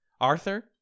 Arthur